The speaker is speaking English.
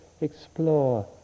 explore